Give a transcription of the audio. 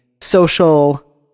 social